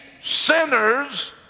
sinners